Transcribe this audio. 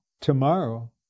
tomorrow